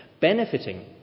benefiting